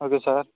okay sir